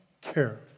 care